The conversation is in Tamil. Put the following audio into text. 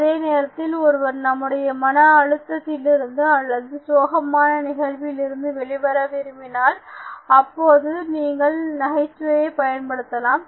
அதே நேரத்தில் ஒருவர் நம்முடைய மன அழுத்தத்திலிருந்து அல்லது சோகமான நிகழ்வில் இருந்து வெளிவர விரும்பினால் அப்பொழுது நீங்கள் நகைச்சுவையை பயன்படுத்தலாம்